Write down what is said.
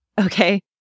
okay